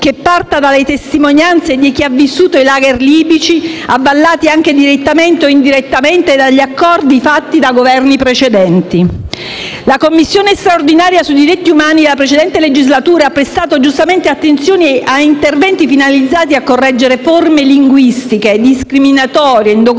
che parta dalle testimonianze di chi ha vissuto i *lager* libici, avallati anche, direttamente o indirettamente, dagli accordi fatti dai Governi precedenti. La Commissione straordinaria sui diritti umani della precedente legislatura ha prestato giustamente attenzione a interventi finalizzati a correggere forme linguistiche discriminatorie in documenti